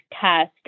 test